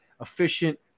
efficient